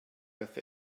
earth